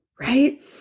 right